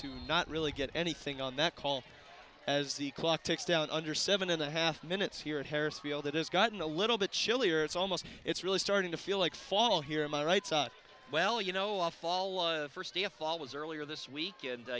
to not really get anything on that call as the clock ticks down under seven and a half minutes here at harris field it has gotten a little bit chilly or it's almost it's really starting to feel like fall here in my right side well you know off all of the first day of fall was earlier this week and